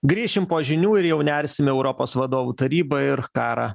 grįšim po žinių ir jau nersim į europos vadovų tarybą ir karą